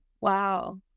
wow